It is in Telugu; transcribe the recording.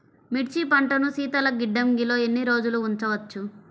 మిర్చి పంటను శీతల గిడ్డంగిలో ఎన్ని రోజులు ఉంచవచ్చు?